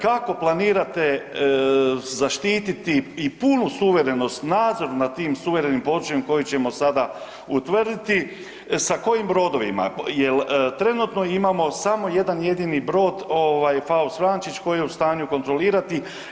Kako planirate zaštiti i punu suverenost, nadzor nad tim suverenim područjem koje ćemo sada utvrditi sa kojim brodovima, jel trenutno imamo samo jedan jedini brod ovaj „Faust Vrančić“ koji je u stanju kontrolirati?